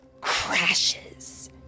crashes